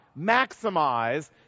maximize